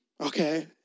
Okay